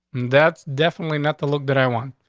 that's definitely not the look that i want.